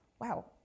wow